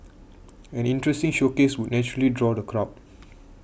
an interesting showcase would naturally draw the crowd